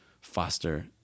foster